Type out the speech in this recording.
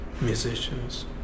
musicians